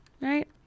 right